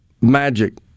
magic